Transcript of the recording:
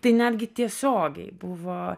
tai netgi tiesiogiai buvo